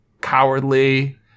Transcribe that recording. cowardly